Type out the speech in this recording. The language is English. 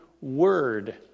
word